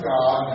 God